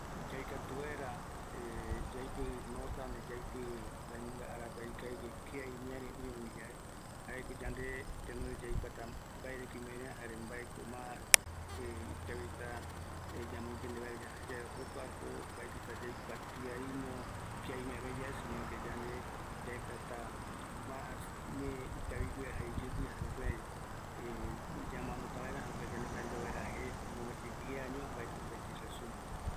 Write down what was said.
Jaikatu vaera, yaikuatia ñanemiari vaera, tenomde yaikuata mbaeko yaetava, jare kiraiko yaetava, jare yaikuatiata ñee iyɨpiño, jukuraï ñamoñejïro kavi vaera yembo gueta yaetava